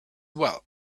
well